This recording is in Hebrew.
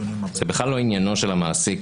זה בכלל לא עניינו של המעסיק.